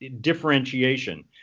differentiation